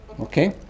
Okay